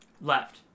left